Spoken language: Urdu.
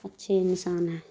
اچھے انسان ہیں